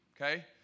okay